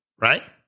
right